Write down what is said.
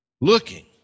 ...looking